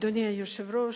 אדוני היושב-ראש,